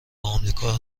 آمریکا